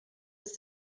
ist